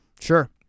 Sure